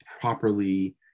properly